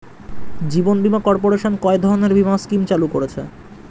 জীবন বীমা কর্পোরেশন কয় ধরনের বীমা স্কিম চালু করেছে?